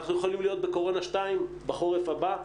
אנחנו יכולים להיות בקורונה 2 בחורף הבא,